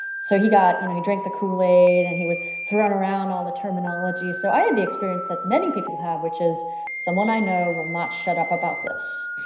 so he got you know he drink the kool-aid and he was throwing around all the terminologies. so i had the experience that many people have which is someone i know will not shut up about this